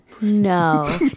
No